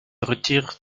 retire